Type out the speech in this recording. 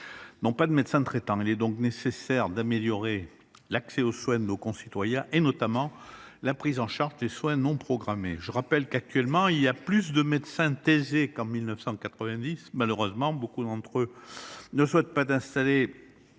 n’ont pas de médecin traitant. Il est donc nécessaire d’améliorer l’accès aux soins de nos concitoyens, et notamment, la prise en charge des soins non programmés. Je rappelle qu’actuellement il y a plus de médecins « thésés » qu’en 1990. Malheureusement, beaucoup d’entre eux ne souhaitent pas s’installer